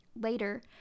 Later